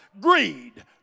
greed